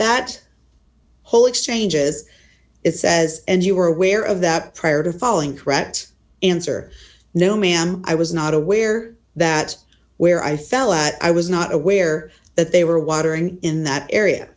that whole exchange is it says and you were aware of that prior to following correct answer no ma'am i was not aware that where i felt i was not aware that they were watering in that area